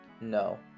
No